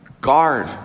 guard